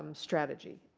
um strategy.